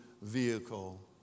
vehicle